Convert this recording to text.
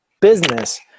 business